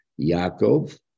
Yaakov